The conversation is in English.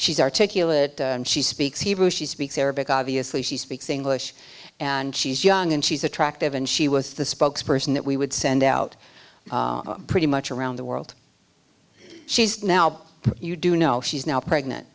she's articulate she speaks hebrew she speaks arabic obviously she speaks english and she's young and she's attractive and she was the spokes person that we would send out pretty much around the world she's now you do know she's now